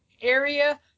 area